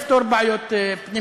נפתור בעיות פנימיות.